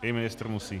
I ministr musí.